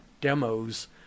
demos